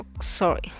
sorry